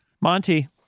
Monty